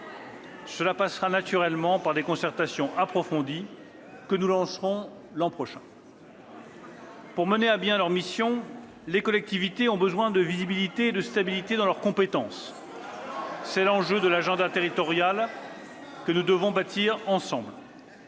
Cela passera naturellement par des concertations approfondies que nous lancerons l'an prochain. « Pour mener à bien leurs missions, les collectivités ont besoin de visibilité et de stabilité dans leurs compétences. » Elles ont besoin d'argent !« C'est l'enjeu de l'agenda territorial que nous devons bâtir ensemble.